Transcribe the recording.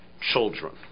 children